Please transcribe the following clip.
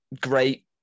great